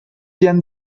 监督